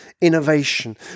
innovation